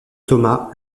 thomas